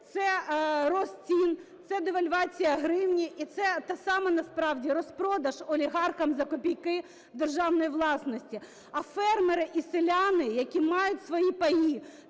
це ріст цін, це девальвація гривні і це те саме насправді – розпродаж олігархам за копійки державної власності. А фермери і селяни, які мають свої паї,